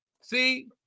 see